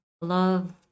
Love